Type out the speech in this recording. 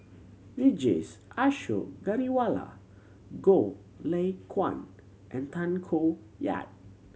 Vijesh Ashok Ghariwala Goh Lay Kuan and Tay Koh Yat